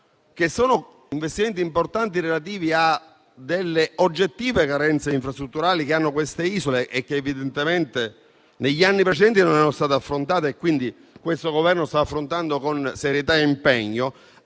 Sono investimenti importanti relativi a oggettive carenze infrastrutturali che hanno quelle isole e che evidentemente negli anni precedenti non erano state affrontate. Questo Governo le sta affrontando con serietà e impegno,